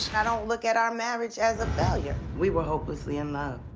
i don't look at our marriage as a failure. we were hopelessly in love.